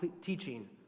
teaching